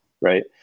right